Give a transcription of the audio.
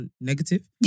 negative